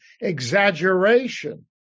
exaggeration